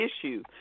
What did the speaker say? issue